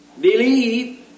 Believe